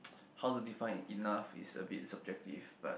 how to define enough is a bit subjective but